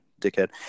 dickhead